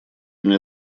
мне